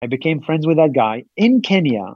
I became friends with that guy in Kenya.